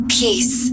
peace